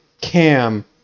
cam